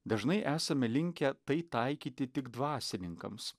dažnai esame linkę tai taikyti tik dvasininkams